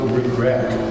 regret